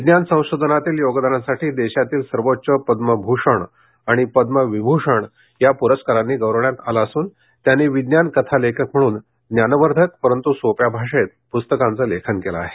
विज्ञान संशोधनातील योगदानासाठी देशातील सर्वोच्च पद्भभूषण आणि पद्म विभूषण या पुरस्कारांनी गौरवण्यात आले असून त्यांनी विज्ञान कथालेखक म्हणून ज्ञानवर्धक परंत् सोप्या भाषेत पुस्तकांचे लेखन केले आहे